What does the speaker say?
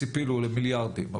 ציפינו למיליארדים,